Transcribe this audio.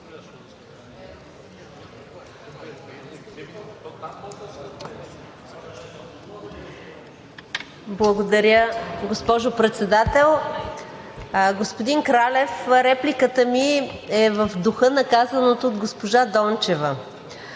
Благодаря, госпожо Председател. Господин Кралев, репликата ми е в духа на казаното от госпожа Дончева.